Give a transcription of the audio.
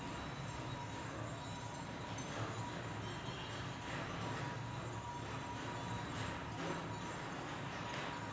bank नियमन banking संस्था आणि कॉर्पोरेशन यांच्यात बाजारपेठेतील पारदर्शकता निर्माण करण्यासाठी डिझाइन केलेले आहे